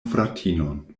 fratinon